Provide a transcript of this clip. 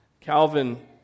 Calvin